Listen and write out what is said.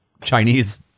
Chinese